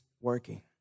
working